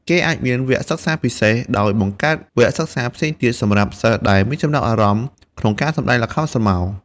គេអាចមានវគ្គសិក្សាពិសេស ដោយបង្កើតវគ្គសិក្សាផ្សេងទៀតសម្រាប់សិស្សដែលមានចំណាប់អារម្មណ៍ក្នុងការសម្តែងល្ខោនស្រមោល។